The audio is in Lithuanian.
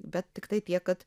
bet tiktai tiek kad